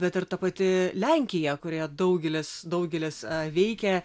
bet ir ta pati lenkija kurioje daugelis daugelis veikia